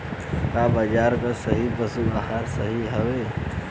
का बाजार क सभी पशु आहार सही हवें?